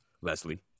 Leslie